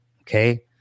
Okay